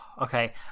Okay